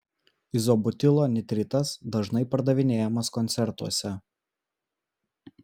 izobutilo nitritas dažnai pardavinėjamas koncertuose